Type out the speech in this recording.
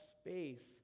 space